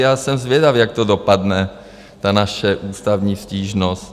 Já jsem zvědav, jak dopadne ta naše ústavní stížnost.